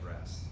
rest